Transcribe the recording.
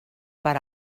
per